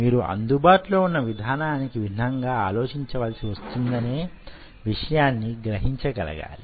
మీరు అందుబాటులో ఉన్న విధానానికి భిన్నంగా ఆలోచించవలసి వస్తుందనే విషయాన్ని గ్రహించగలగాలి